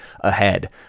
ahead